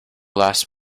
last